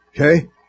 Okay